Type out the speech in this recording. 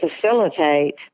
facilitate